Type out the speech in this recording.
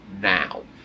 now